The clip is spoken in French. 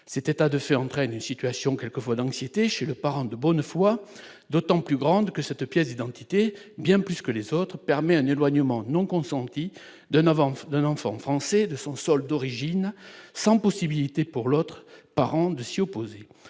s'était a, de fait, entraîne une situation quelquefois d'anxiété chez le parrain de bonne foi, d'autant plus grande que cette pièce d'identité, bien plus que les autres permet un éloignement non consenti de novembre d'un enfant français de son sol d'origine sans possibilité pour l'autre parent de s'y opposer,